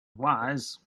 wise